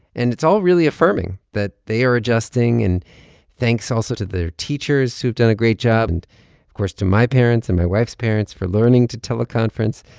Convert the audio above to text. and it's all really affirming that they are adjusting. and thanks, also, to their teachers, who've done a great job, and, of course, to my parents and my wife's parents for learning to teleconference.